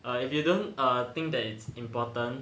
if you don't think that it's important